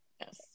Yes